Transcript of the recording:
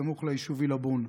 סמוך ליישוב עילבון.